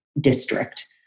district